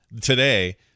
today